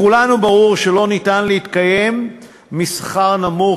לכולנו ברור שלא ניתן להתקיים משכר נמוך,